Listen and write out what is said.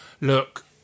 look